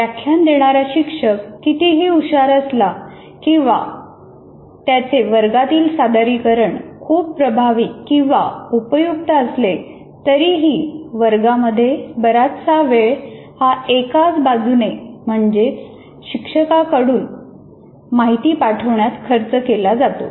व्याख्यान देणारा शिक्षक कितीही हुशार असला किंवा त्याचे वर्गातील सादरीकरण खूप प्रभावी किंवा उपयुक्त असले तरीही वर्गामध्ये बराचसा वेळ हा एकाच बाजूने माहिती पाठवण्यात खर्च केला जातो